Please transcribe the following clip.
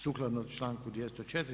Sukladno članku 204.